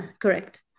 correct